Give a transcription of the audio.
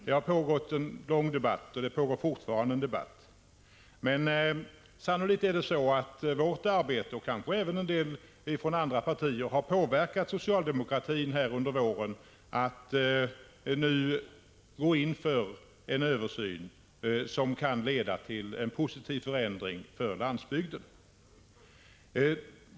Det har pågått och pågår fortfarande en debatt om dessa, och sannolikt har vårt och kanske även en del andra partiers arbete påverkat socialdemokraterna under våren, så att de nu går in för en översyn som kan leda till en positiv förändring för landsbygden.